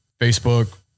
Facebook